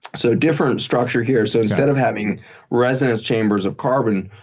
so different structure here. so instead of having resonance chambers of carbon,